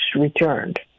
returned